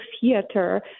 theater